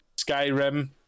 Skyrim